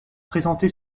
présenté